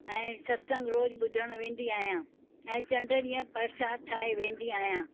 ऐं सत्संग रोज़ु ॿुधणु वेंदी आहियां ऐं चंडु ॾींहुं प्रशादु ठाहे वेंदी आहियां